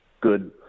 good